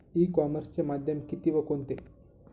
E कॉमर्सचे माध्यम किती व कोणते?